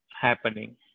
happening